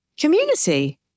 community